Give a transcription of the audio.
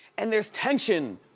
and there's tension